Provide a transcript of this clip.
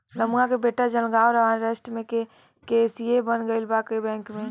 रमुआ के बेटा जलगांव महाराष्ट्र में रह के सी.ए बन गईल बा बैंक में